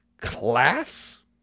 class